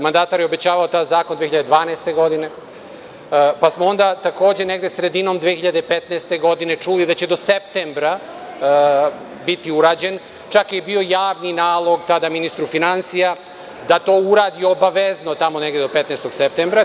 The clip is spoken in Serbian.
Mandatar je obećavao taj zakon 2012. godine, pa smo onda, takođe negde sredinom 2015. godine, čuli da će do septembra biti urađen, čak je bio javni nalog tada ministru finansija da to uradi obavezno tamo negde do 15. septembra.